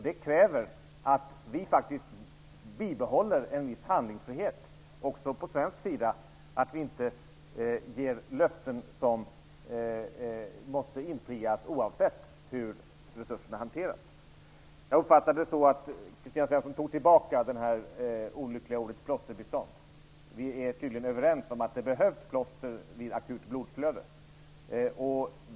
Det kräver att vi också på svensk sida faktiskt bibehåller en viss handlingsfrihet och att vi inte ger löften som måste infrias, oavsett hur resurserna hanteras. Jag uppfattade det så, att Kristina Svensson tog tillbaka det olyckliga ordet plåsterbistånd. Vi är tydligen överens om det behövs plåster vid akut blodflöde.